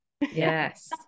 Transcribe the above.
yes